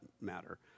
matter